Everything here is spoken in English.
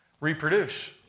reproduce